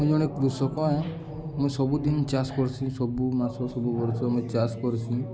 ମୁଁ ଜଣେ କୃଷକ ମୁଇଁ ସବୁଦିନ ଚାଷ କର୍ସି ସବୁ ମାସ ସବୁ ବର୍ଷ ମୁଇଁ ଚାଷ କର୍ସି